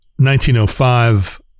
1905